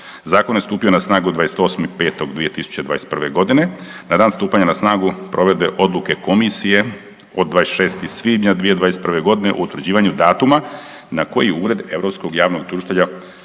Zakon je stupio na snagu 28.5.2021.g. na dan stupanja na snagu provedbe odluke komisije od 26. svibnja 2021.g. o utvrđivanju datuma na koji EPPO preuzima